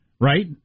Right